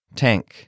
tank